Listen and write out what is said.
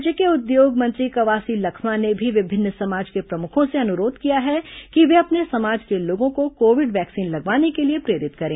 राज्य के उद्योग मंत्री कवासी लखमा ने भी विभिन्न समाज के प्रमुखों से अनुरोध किया है कि वे अपने समाज के लोगों को कोविड वैक्सीन लगवाने के लिए प्रेरित करें